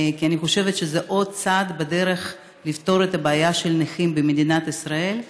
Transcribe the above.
כי אני חושבת שזה עוד צעד בדרך לפתור את הבעיה של הנכים במדינת ישראל.